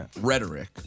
rhetoric